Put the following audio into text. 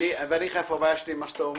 אומר לך איפה הבעיה שלי עם מה שאתה אומר.